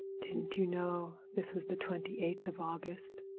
didn't you know this was the twenty-eighth of august?